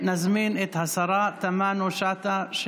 נזמין את השרה תמנו שטה,